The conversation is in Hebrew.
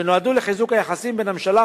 שנועדו לחיזוק היחסים בין הממשלה,